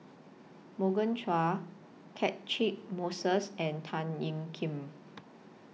Morgan Chua Catchick Moses and Tan Ean Kiam